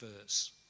verse